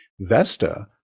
Vesta